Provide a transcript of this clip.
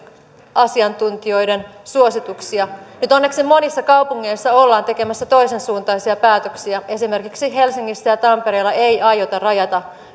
asiantuntijoiden suosituksia nyt onneksi monissa kaupungeissa ollaan tekemässä toisensuuntaisia päätöksiä esimerkiksi helsingissä ja tampereella ei aiota rajata